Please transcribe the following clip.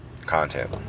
content